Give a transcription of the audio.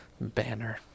Banner